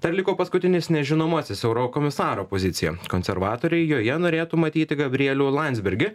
tad liko paskutinis nežinomasis eurokomisaro pozicija konservatoriai joje norėtų matyti gabrielių landsbergį